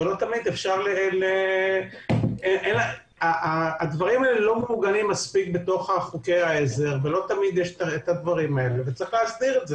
אבל הדברים לא מעוגנים מספיק בתוך חוקי העזר וצריך להסדיר את זה.